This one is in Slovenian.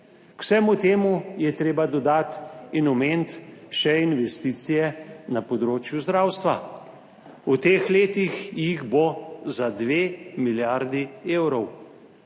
K vsemu temu je treba dodati in omeniti še investicije na področju zdravstva. V teh letih jih bo za 2 milijardi evrov